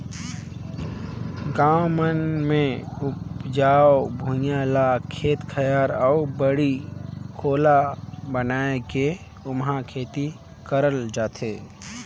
गाँव मन मे उपजऊ भुइयां ल खेत खायर अउ बाड़ी कोला बनाये के ओम्हे खेती करल जाथे